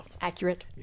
Accurate